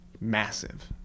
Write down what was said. Massive